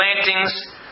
plantings